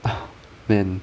man